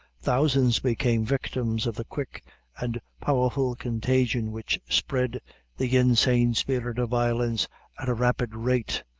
thousands became victims of a quick and powerful contagion which spread the insane spirit of violence at a rapid rate,